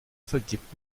vergebt